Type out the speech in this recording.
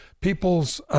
people's